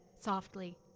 softly